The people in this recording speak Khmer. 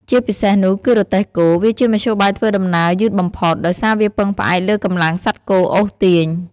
ជាពិសេសនោះគឺរទេះគោ វាជាមធ្យោបាយធ្វើដំណើរ យឺតបំផុត ដោយសារវាពឹងផ្អែកលើកម្លាំងសត្វគោអូសទាញ ។